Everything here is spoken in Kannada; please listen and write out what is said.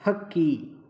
ಹಕ್ಕಿ